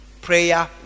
prayer